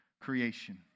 creation